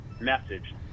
message